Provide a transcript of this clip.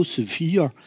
severe